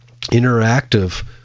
interactive